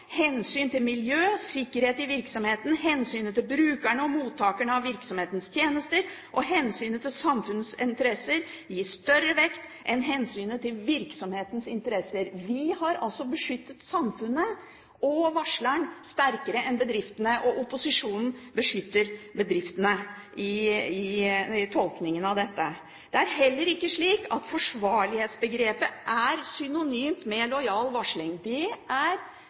hensyn til miljø, sikkerhet i virksomheten, hensynet til brukeren og mottakeren av virksomhetens tjenester og hensynet til samfunnets interesser, i større grad enn hensynet til virksomhetens interesser. Vi har altså beskyttet samfunnet og varsleren sterkere enn bedriftene, og opposisjonen beskytter bedriftene i tolkningen av dette. Det er heller ikke slik at forsvarlighetsbegrepet er synonymt med lojal varsling. Det er